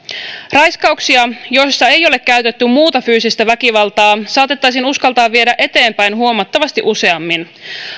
raiskauksia joissa ei ole käytetty muuta fyysistä väkivaltaa saatettaisiin uskaltaa viedä eteenpäin huomattavasti useammin